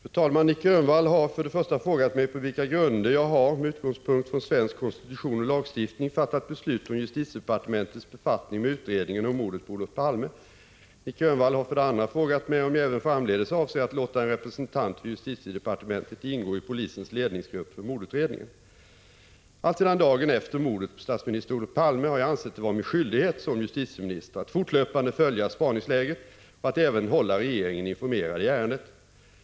Fru talman! Nic Grönvall har för det första frågat mig på vilka grunder jag har — med utgångspunkt från svensk konstitution och lagstiftning — fattat beslut om justitiedepartementets befattning med utredningen om mordet på Olof Palme. Nic Grönvall har för det andra frågat mig om jag även framdeles avser att låta en representant för justitiedepartementet ingå i polisens ledningsgrupp för mordutredningen. Alltsedan dagen efter mordet på statsminister Olof Palme har jag ansett det vara min skyldighet som justitieminister att fortlöpande följa spaningsläget och att även hålla regeringen informerad i ärendet.